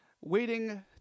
waiting